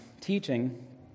teaching